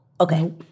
Okay